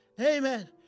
Amen